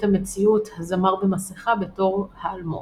המציאות "הזמר במסכה" בתור האלמוג.